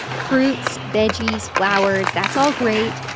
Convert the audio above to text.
fruits, veggies, flowers that's all great.